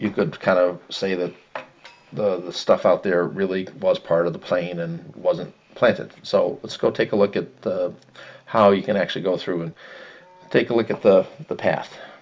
you could kind of say that the stuff out there really was part of the plane and wasn't planted so let's go take a look at how you can actually go through and take a look at the